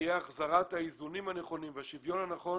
תהיה החזרת האיזונים הנכונים והשוויון הנכון